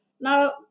Now